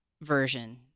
version